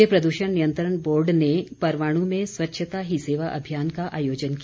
राज्य प्रद्षण नियंत्रण बोर्ड ने परवाणू में स्वच्छता ही सेवा अभियान का आयोजन किया